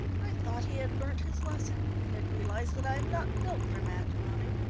i thought he had learnt his lesson and had realised that i am not built for matrimony,